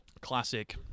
Classic